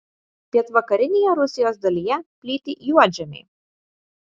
pietvakarinėje rusijos dalyje plyti juodžemiai